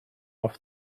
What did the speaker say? off